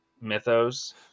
mythos